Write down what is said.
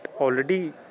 already